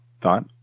thought